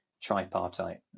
tripartite